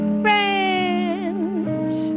friends